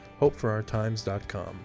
hopeforourtimes.com